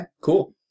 Cool